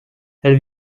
elle